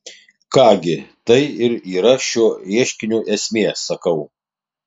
ką gi tai ir yra šio ieškinio esmė sakau